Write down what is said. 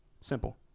Simple